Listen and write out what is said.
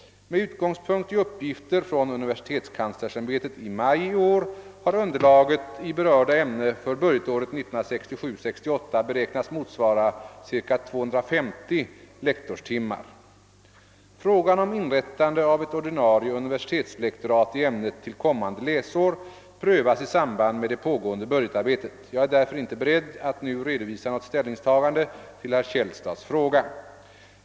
Med utgångspunkt i uppgifter från universitetskanslersämbetet i maj i år har underlaget i berörda ämne för budgetåret 1967/68 beräknats motsvara cirka 250 lektorstimmar. Frågan om inrättande av ett ordinarie universitetslektorat i ämnet till kommmande läsår prövas i samband med det pågående budgetarbetet. Jag är därför inte beredd att nu redovisa något ställningstagande till herr Källstads fråga.